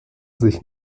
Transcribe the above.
sich